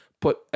put